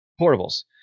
Portables